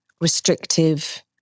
restrictive